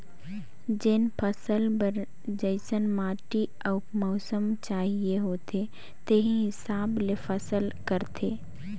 जेन फसल बर जइसन माटी अउ मउसम चाहिए होथे तेही हिसाब ले फसल करथे